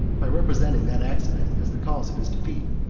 by representing that accident as the cause of his defeat.